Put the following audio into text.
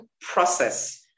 process